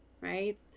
right